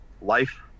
life